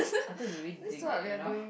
I thought we were already doing that right now